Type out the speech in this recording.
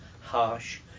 harsh